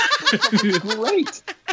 great